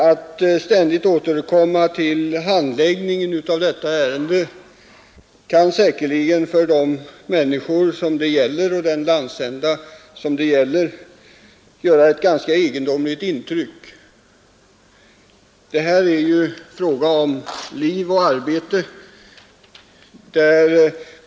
Att ständigt återkomma till handläggningen av detta ärende kan säkerligen för människorna i den landsända det gäller göra ett ganska egendomligt intryck. Här är det ju fråga om liv och arbete.